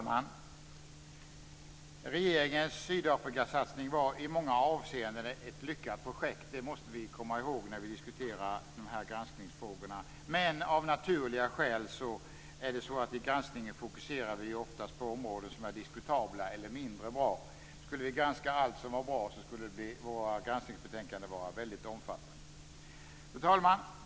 Fru talman! Regeringens Sydafrikasatsning var i många avseenden ett lyckat projekt, det måste vi komma ihåg när vi diskuterar granskningsfrågorna. Av naturliga skäl fokuserar vi i granskningen oftast de områden som är diskutabla eller mindre bra. Skulle vi granska allt som var bra skulle våra granskningsbetänkanden vara väldigt omfattande. Fru talman!